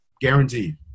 guaranteed